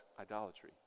idolatry